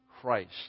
Christ